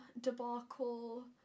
debacle